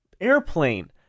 airplane